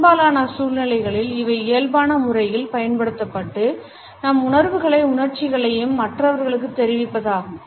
பெரும்பாலான சூழ்நிலைகளில் இவை இயல்பான முறையில் பயன்படுத்தப்பட்டு நம் உணர்வுகளையும் உணர்ச்சிகளையும் மற்றவர்களுக்குத் தெரிவிப்பதாகும்